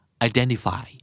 Identify